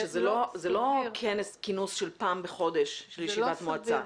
שזה לא כינוס של פעם בחודש של ישיבת מועצה.